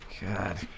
God